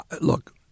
Look